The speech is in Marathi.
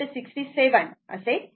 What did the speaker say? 67 मिळेल